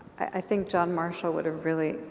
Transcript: i think john marshall would have really,